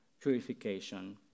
purification